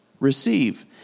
Receive